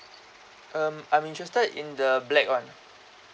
um I'm interested in the black [one]